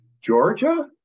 Georgia